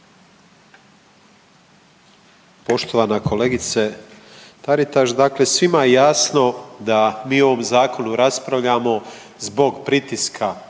Poštovana kolegice Taritaš, dakle svima je jasno da mi o ovom zakonu raspravljamo zbog pritiska